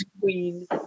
queen